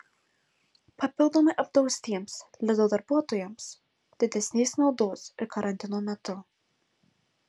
papildomai apdraustiems lidl darbuotojams didesnės naudos ir karantino metu